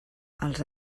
als